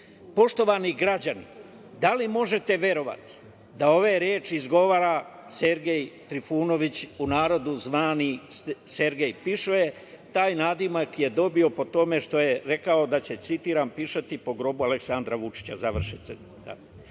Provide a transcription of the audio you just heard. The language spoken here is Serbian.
citat. Poštovani građani, da li možete verovati da ove reči izgovara Sergej Trifunović, u narodu zvani Sergej pišoje? Taj nadimak je dobio po tome što je rekao da će, citiram: „Pišati po grobu Aleksandra Vučića“,